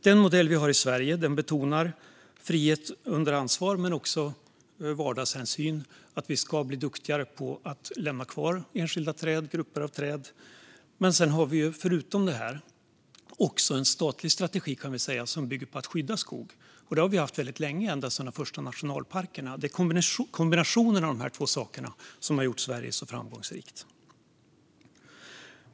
Den modell vi har i Sverige betonar frihet under ansvar men också vardagshänsyn - vi ska bli duktigare på att lämna kvar enskilda träd eller grupper av träd. Förutom det här har vi också en statlig strategi, kan vi säga, som bygger på att skydda skog. Det har vi haft väldigt länge - ändå sedan de första nationalparkerna. Det är kombinationen av dessa två saker som har gjort Sverige så framgångsrikt.